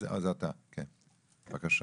בבקשה.